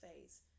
phase